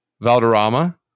Valderrama